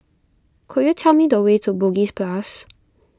could you tell me the way to Bugis Plus